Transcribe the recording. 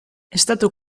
estatu